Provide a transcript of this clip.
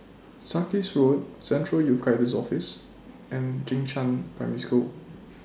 Sarkies Road Central Youth Guidance Office and Jing Shan Primary School